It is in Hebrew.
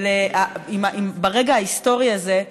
ברגע ההיסטורי הזה,